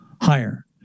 higher